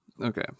Okay